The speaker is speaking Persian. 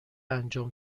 انجام